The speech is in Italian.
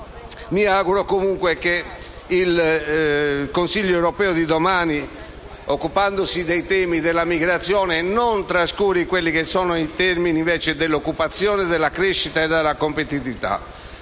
Mi auguro comunque che il Consiglio europeo di domani, occupandosi dei temi della migrazione, non trascuri i temi dell'occupazione, della crescita e della competitività,